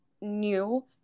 new